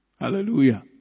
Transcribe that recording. Hallelujah